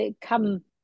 come